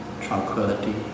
tranquility